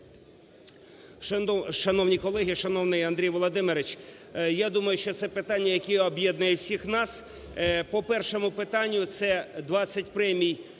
Шановні колеги, шановний Андрій Володимирович, я думаю, що це питання, які об'єднують всіх нас. По першому питанню, це 20 премій